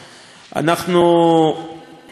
אנחנו מקדמים